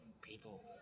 people